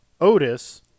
Otis